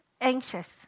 anxious